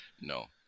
No